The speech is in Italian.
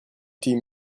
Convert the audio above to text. team